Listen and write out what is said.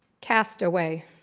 castaway